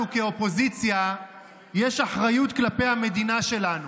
לנו כאופוזיציה יש אחריות כלפי המדינה שלנו,